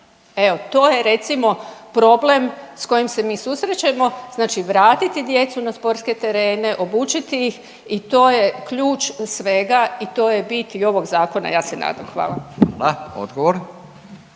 Evo to je recimo problem s kojim se mi susrećemo. Znači vratiti djecu na sportske terene, obučiti ih i to je ključ svega i to je bit i ovog zakona ja se nadam. Hvala. **Radin,